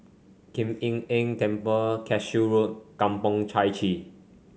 Kuan Im Tng Temple Cashew Road Kampong Chai Chee